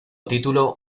título